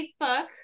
Facebook